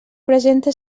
presenta